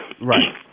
Right